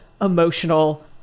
emotional